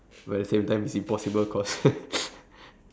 but at the same time it's impossible cause